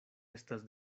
estas